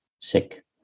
sick